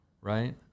right